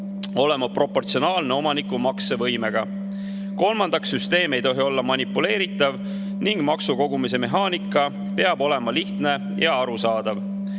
olema proportsionaalne omaniku maksevõimega. Kolmandaks, süsteem ei tohi olla manipuleeritav ning maksukogumise mehaanika peab olema lihtne ja arusaadav.